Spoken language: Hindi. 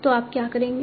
तो आप क्या करेंगे